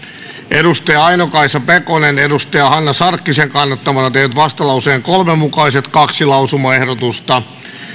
aino kaisa pekonen on hanna sarkkisen kannattamana tehnyt vastalauseen kolme mukaiset kaksi lausumaehdotusta